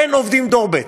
אין עובדים דור ב'.